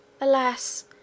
Alas